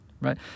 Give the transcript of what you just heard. right